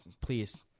please